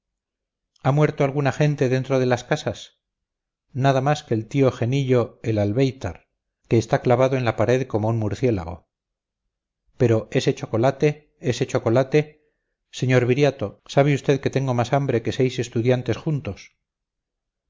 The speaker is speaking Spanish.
ha muerto alguna gente dentro de las casas nada más que el tío genillo el albéitar que está clavado en la pared como un murciélago pero ese chocolate ese chocolate señor viriato sabe usted que tengo más hambre que seis estudiantes juntos